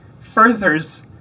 furthers